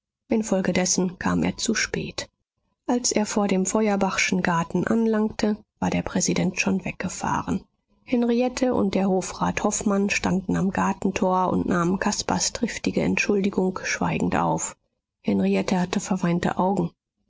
infolgedessen kam er zu spät als er vor dem feuerbachschen garten anlangte war der präsident schon weggefahren henriette und der hofrat hofmann standen am gartentor und nahmen caspars triftige entschuldigung schweigend auf henriette hatte verweinte augen